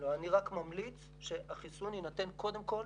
אני רק ממליץ שהחיסון יינתן קודם כול